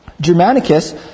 Germanicus